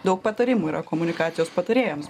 daug patarimų yra komunikacijos patarėjams